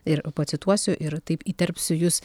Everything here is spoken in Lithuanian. ir pacituosiu ir taip įterpsiu jus